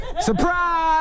Surprise